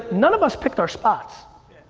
none of us picked our spots.